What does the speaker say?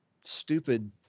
stupid